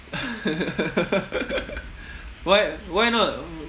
why why not